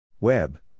Web